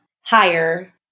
higher